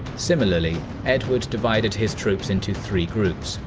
similarly, edward divided his troops into three groups,